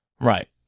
Right